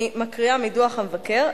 אני קוראת מדוח המבקר: